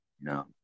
No